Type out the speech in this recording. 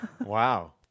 Wow